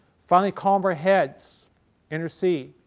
finally calmer heads intercede.